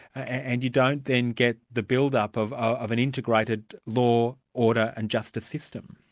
and you don't then get the build-up of of an integrated law, order, and justice system.